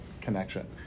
connection